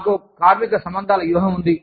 మాకు కార్మిక సంబంధాల వ్యూహం ఉంది